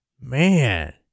Man